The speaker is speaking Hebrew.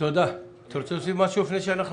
כפי שאמרתי,